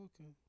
okay